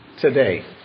today